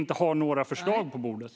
Man har ju inga förslag på bordet.